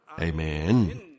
Amen